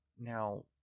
now